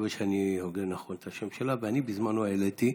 ואני בזמנו גם העליתי: